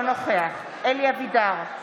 אינו נוכח אלי אבידר,